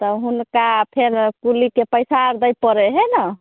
तऽ हुनका फेर कुलीके पैसा आर दैके रहै ने